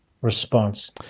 response